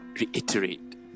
Reiterate